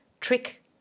trick